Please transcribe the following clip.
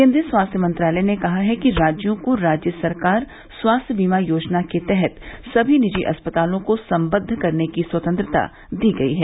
केन्द्रीय स्वास्थ्य मंत्रालय ने कहा है कि राज्यों को राज्य सरकार स्वास्थ्य बीमा योजना के तहत सभी निजी अस्पतालों को संबद्व करने की स्वतंत्रता दी गई है